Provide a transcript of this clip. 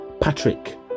Patrick